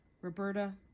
Roberta